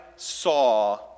...saw